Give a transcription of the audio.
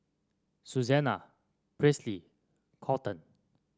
Susanne Presley Colton